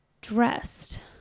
dressed